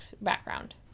background